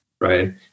right